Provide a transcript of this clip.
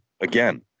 again